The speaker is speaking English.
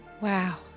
Wow